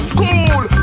cool